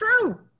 true